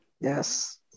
Yes